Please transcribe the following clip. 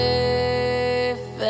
Safe